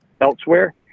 elsewhere